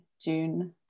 June